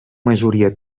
majoria